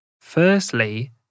Firstly